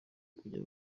kujya